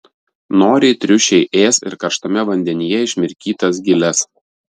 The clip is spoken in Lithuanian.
noriai triušiai ės ir karštame vandenyje išmirkytas giles